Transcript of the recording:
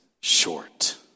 short